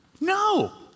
No